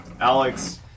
Alex